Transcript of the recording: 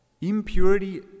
Impurity